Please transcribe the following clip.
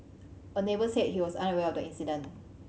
a neighbour said he was unaware of the incident